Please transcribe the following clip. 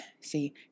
See